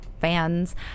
fans